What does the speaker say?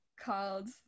called